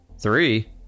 three